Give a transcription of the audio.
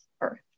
Earth